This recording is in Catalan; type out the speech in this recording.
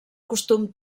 costum